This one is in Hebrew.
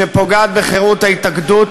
שפוגעת בחירות ההתאגדות,